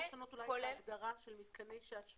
יכול להיות שאפשר לשנות אולי את ההגדרה של מתקני שעשועים.